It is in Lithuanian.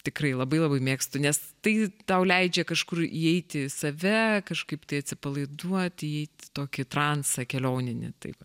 tikrai labai labai mėgstu nes tai tau leidžia kažkur įeiti į save kažkaip tai atsipalaiduoti į tokį transą kelioninį taip